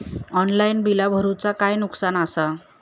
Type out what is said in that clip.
Offline बिला भरूचा काय नुकसान आसा?